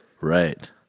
Right